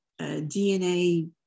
dna